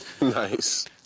Nice